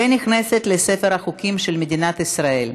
ונכנסת לספר החוקים של מדינת ישראל.